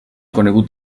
conegut